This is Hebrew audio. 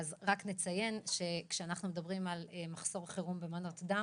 רק נציין שכשמדברים על מחסור חירום במנות דם